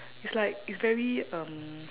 it's like it's very um